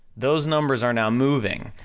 those numbers are now moving,